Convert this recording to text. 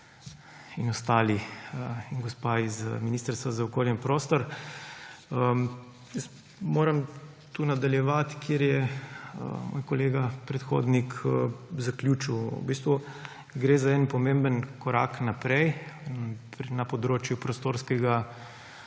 in ostali ter gospa z Ministrstva za okolje in prostor. Moram tukaj nadaljevati, kjer je moj kolega predhodnik zaključil. V bistvu gre za en pomemben korak naprej na področju prostorskega